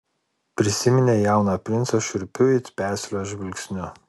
prisiminė jauną princą šiurpiu it peslio žvilgsniu